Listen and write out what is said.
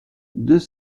deux